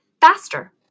Faster